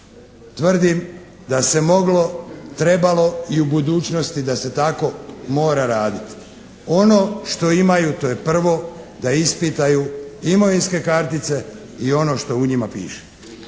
Tvrdim da se moglo, trebalo i u budućnosti da se tako mora raditi. Ono što imaju to je prvo da ispitaju imovinske kartice i ono što u njima piše.